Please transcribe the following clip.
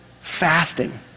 fasting